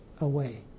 away